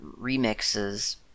remixes